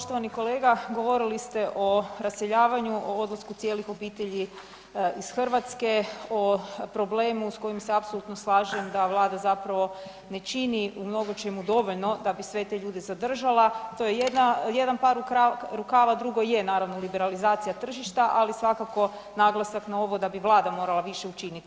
Poštovani kolega, govorili te o raseljavanju, o odlasku cijelih obitelji iz Hrvatske, o problemu s kojim se apsolutno slažem da Vlada zapravo ne čini u mnogočemu dovoljno da bi sve te ljude zadržala, to je jedna par rukava a drugo je naravno liberalizacija tržišta ali svakako naglasak na ovo da bi Vlada morala više učiniti.